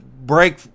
break